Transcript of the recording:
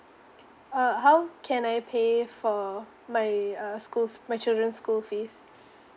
K uh how can I pay for my uh school my children school fees